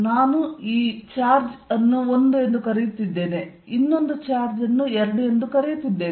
ನಾನು ಈ ಚಾರ್ಜ್ ಅನ್ನು 1 ಎಂದು ಕರೆಯುತ್ತಿದ್ದೇನೆ ನಾನು ಈ ಚಾರ್ಜ್ ಅನ್ನು 2 ಎಂದು ಕರೆಯುತ್ತಿದ್ದೇನೆ